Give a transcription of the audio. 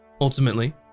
Ultimately